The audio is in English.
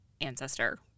ancestor